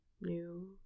New